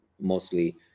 mostly